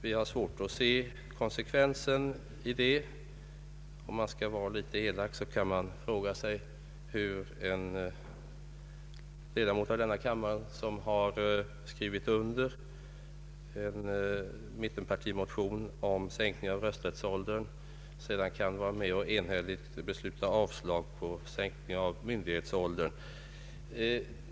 Vi har svårt att se konsekvensen i detta. Om man skall vara elak kan man fråga sig hur en ledamot av denna kammare, som har skrivit under en mittenpartimotion om sänkning av rösträttsåldern, sedan kan vara med och besluta avslag då det gäller sänkning av myndighetsåldern.